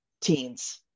teens